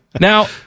Now